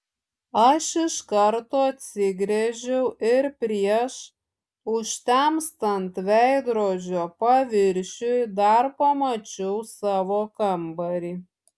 aš iš karto atsigręžiau ir prieš užtemstant veidrodžio paviršiui dar pamačiau savo kambarį